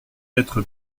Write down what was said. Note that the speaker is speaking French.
être